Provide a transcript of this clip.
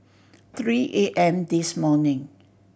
three A M this morning